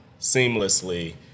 seamlessly